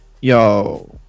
Yo